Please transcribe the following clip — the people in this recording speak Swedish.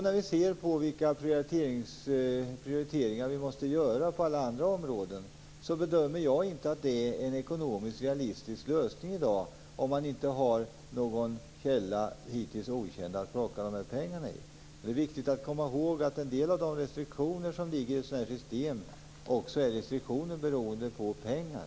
När vi ser på vilka prioriteringar vi måste göra på alla andra områden bedömer jag att det inte är en realistisk lösning i dag, om man inte har någon hittills okänd källa att plocka pengarna från. Det är viktigt att komma ihåg att en del av de restriktioner som ligger i ett sådant här system också är restriktioner beroende på pengar.